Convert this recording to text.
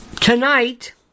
Tonight